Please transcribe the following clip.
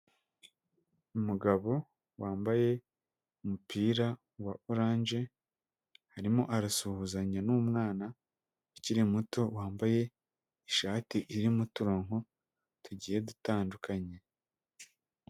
Umugabo wambaye umupira wa oranje, arimo arasuhuzanya n'umwana ukiri muto, wambaye ishati irimo turonko, tugiye dutandukanye.